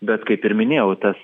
bet kaip ir minėjau tas